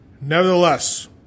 Nevertheless